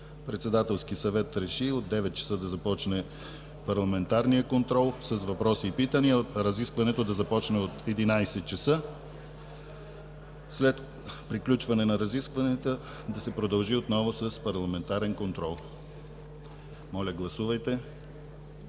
Председателският съвет реши от 9,00 ч. да започне парламентарният контрол с въпроси и питания. Разискването да започне от 11,00 ч. След приключване на разискванията да се продължи отново с парламентарен контрол. Моля, гласувайте